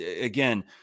Again